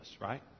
right